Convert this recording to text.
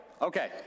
Okay